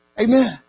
Amen